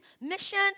mission